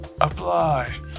apply